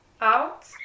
out